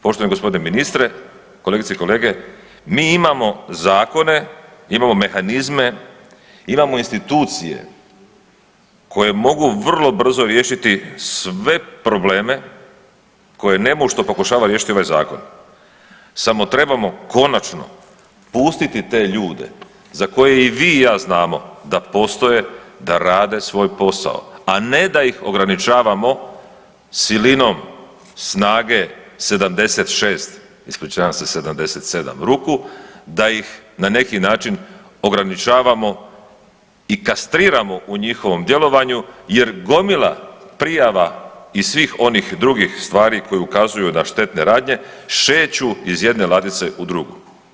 Poštovani gospodine ministre, kolegice i kolege mi imamo zakone, imamo mehanizme, imamo institucije koje mogu vrlo brzo riješiti sve probleme koje nemušto pokušava riješiti ovaj zakon samo trebamo konačno pustiti te ljude za koje i vi i ja znamo da postoje, da rade svoj posao a ne da ih ograničavamo silinom snage 76, ispričavam se 77 ruku, da ih na neki način ograničavamo i kastriramo u njihovom djelovanju jer gomila prijava i svih onih drugih stvari koji ukazuju na štetne radnje šeću iz jedne ladice u drugu.